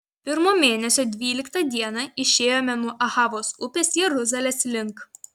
pirmo mėnesio dvyliktą dieną išėjome nuo ahavos upės jeruzalės link